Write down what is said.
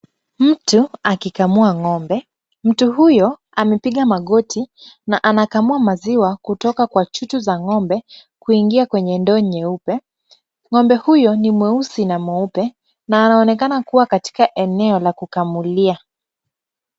Mtu akikamua ng'ombe, mtu huyo amepiga magoti na anakamua maziwa kutoka kwa chuchu za ng'ombe kuingia kwenye ndoo nyeupe. Ng'ombe huyo ni mweusi na mweupe na anaonekana kuwa katika eneo la kukamulia.